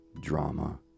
drama